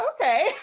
okay